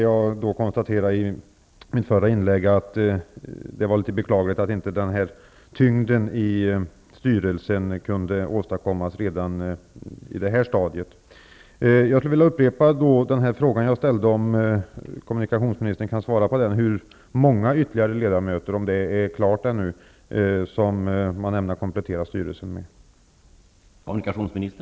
Jag konstaterade i mitt förra inlägg att det var beklagligt att inte denna tyngd i styrelsen kunde åstadkommas redan på detta stadium. Jag vill upprepa min fråga: Hur många ytterligare ledamöter ämnar man komplettera styrelsen med?